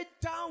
down